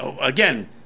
again